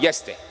Jeste.